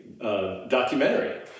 documentary